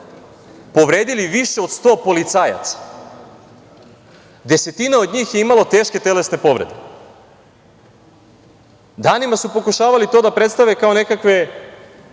povredili više od 100 policajaca, desetina od njih je imalo teške telesne povrede. Danima su pokušavali to da predstave kao nekakve